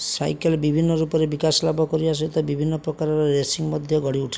cycle ବିଭିନ୍ନ ରୂପରେ ବିକାଶ ଲାଭ କରିବା ସହିତ ବିଭିନ୍ନ ପ୍ରକାରର ରେସିଂ ମଧ୍ୟ ଗଢ଼ି ଉଠିଲା